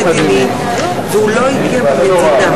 הוועדה, נתקבל.